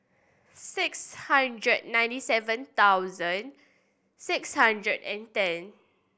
six hundred ninety seven thousand six hundred and ten